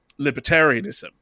libertarianism